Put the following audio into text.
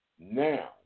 Now